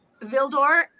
vildor